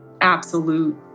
absolute